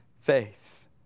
faith